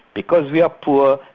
because we are poor,